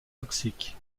toxique